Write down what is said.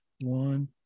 One